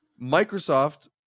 Microsoft